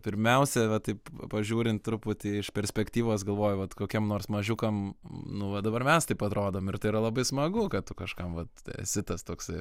pirmiausia va taip pažiūrint truputį iš perspektyvos galvoju vat kokiem nors mažiukam nu va dabar mes taip atrodom ir tai yra labai smagu kad tu kažkam vat esi tas toksai